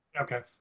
Okay